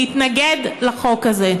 להתנגד לחוק הזה.